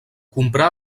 comprar